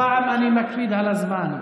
הפעם אני מקפיד על הזמן.